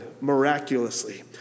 miraculously